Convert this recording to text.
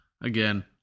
again